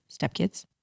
stepkids